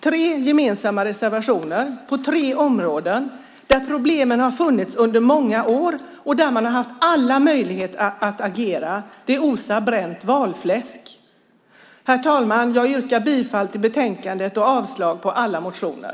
Tre gemensamma reservationer på tre områden där problemen har funnits under många år, och där man har haft alla möjligheter att agera, osar bränt valfläsk. Herr talman! Jag yrkar bifall till förslaget i betänkandet och avslag på alla motioner.